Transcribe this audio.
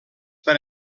per